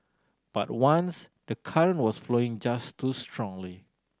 but once the current was flowing just too strongly